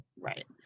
Right